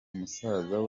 musaza